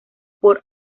por